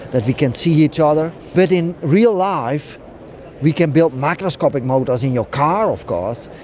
that we can see each other, but in real life we can build microscopic motors in your car of course,